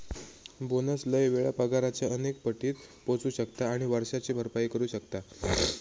bonus लय वेळा पगाराच्या अनेक पटीत पोचू शकता आणि वर्षाची भरपाई करू शकता